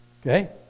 Okay